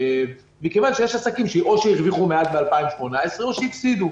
מכיוון שיש עסקים שאו שהרוויחו מעט ב-2018 או שהפסידו,